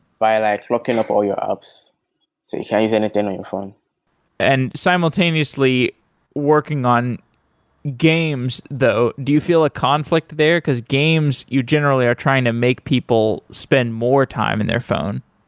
by like locking up all your apps, so you can't use anything on your phone and simultaneously working on games, though. do you feel a conflict there? because games you generally are trying to make people spend more time in their phone